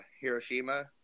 Hiroshima